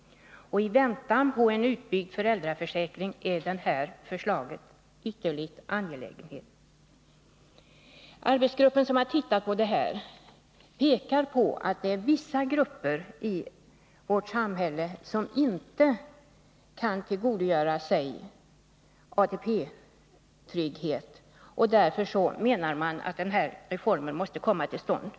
I väntan på en utbyggd föräldraförsäkring är förslaget ytterligt angeläget. Den arbetsgrupp som har tittat på detta pekar på att det finns vissa grupper i vårt samhälle som inte kan tillgodogöra sig ATP-trygghet. Därför menar man att den här reformen måste komma till stånd.